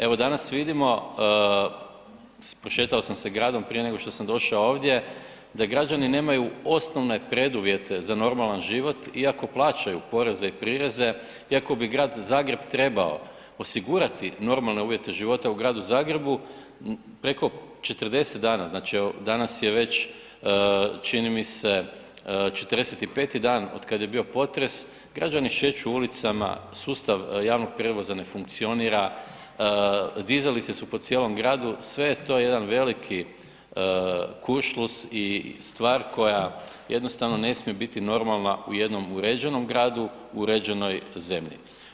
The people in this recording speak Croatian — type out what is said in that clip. Evo danas vidimo, prošetao sam se gradom prije nego što sam došao ovdje, da građani nemaju osnovne preduvjete za normalan život iako plaćaju poreze i prireze, iako bi grad Zagreb trebao osigurati normalne uvjete života u gradu Zagrebu, preko 40 dana, evo znači danas je već čini mi se 45.dan od kada je bio potres, građani šeću ulicama sustav javnog prijevoza ne funkcionira, dizalice su po cijelom gradu, sve je to jedan veliki kuršlus i stvar koja jednostavno ne smije biti normalna u jednom uređenom gradu u uređenoj zemlji.